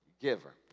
giver